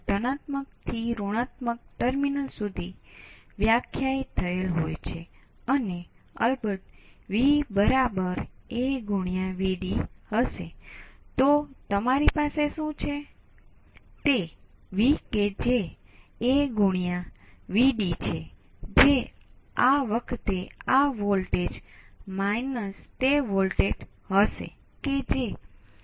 હવે હું પાછળથી એ ચર્ચા કરીશ કે જો તમે આ ધારણા ન કરી શકો તો શું થાય છે પરંતુ હાલ માટે આ કિસ્સામાં એવું બહાર આવ્યું છે કે આપણે આ ધારણા કરી શકીએ છીએ